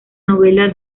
novela